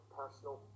personal